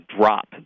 drop